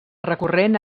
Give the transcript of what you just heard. recurrent